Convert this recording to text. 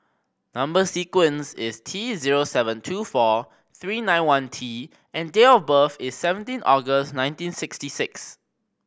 number sequence is T zero seven two four three nine one T and date of birth is seventeen August nineteen sixty six